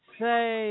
say